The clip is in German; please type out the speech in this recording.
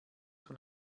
von